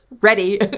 ready